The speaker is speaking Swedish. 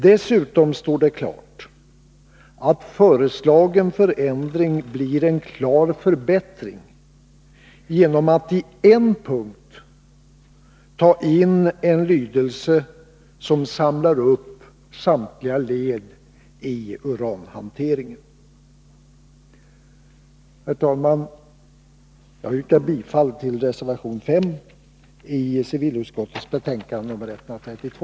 Dessutom står det klart att föreslagen förändring blir en klar förbättring genom att i en punkt ta in en lydelse som samlar upp samtliga led i uranhanteringen. Herr talman! Jag yrkar bifall till reservation 5 i civilutskottets betänkande nr 32.